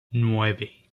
nueve